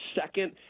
second